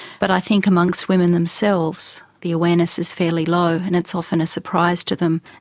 but i think amongst women themselves the awareness is fairly low, and it's often a surprise to them.